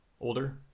older